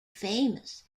famous